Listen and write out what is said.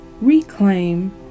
Reclaim